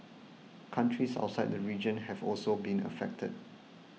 countries outside the region have also been affected